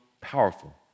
powerful